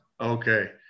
Okay